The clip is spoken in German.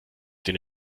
den